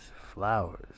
Flowers